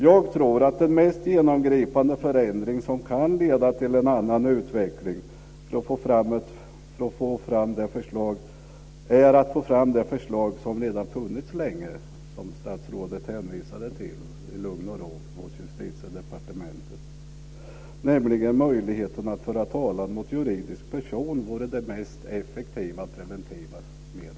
Jag tror att den mest genomgripande förändring som kan leda till en annan utveckling är att genomföra det förslag, som statsrådet hänvisade till, som redan funnits länge i lugn och ro hos Justitiedepartementet. Det förslaget handlar om möjligheten att föra talan mot juridisk person. Det vore det mest effektiva och preventiva medlet.